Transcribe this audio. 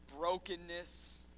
brokenness